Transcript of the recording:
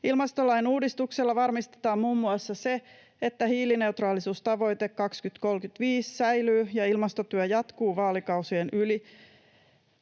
Ilmastolain uudistuksella varmistetaan muun muassa se, että hiilineutraalisuustavoite 2035 säilyy ja ilmastotyö jatkuu vaalikausien yli,